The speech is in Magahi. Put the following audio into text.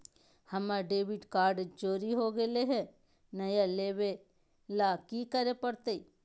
हमर डेबिट कार्ड चोरी हो गेले हई, नया लेवे ल की करे पड़तई?